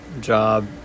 job